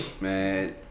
man